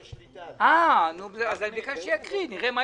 תהיה שליטה טעות שלי.